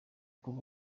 kuri